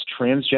transgender